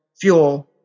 fuel